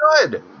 good